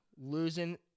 losing